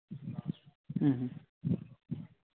ᱦᱮᱸ ᱦᱮᱸ